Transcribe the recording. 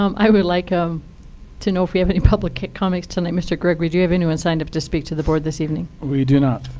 um i would like um to know if we have any public comments tonight. mr. gregory, do you have anyone signed up to speak to the board this evening? we do not.